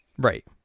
right